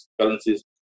currencies